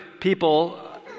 people